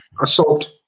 assault